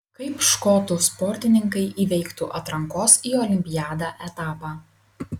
kaip škotų sportininkai įveiktų atrankos į olimpiadą etapą